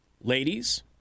ladies